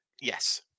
Yes